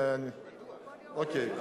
אוקיי,